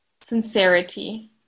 sincerity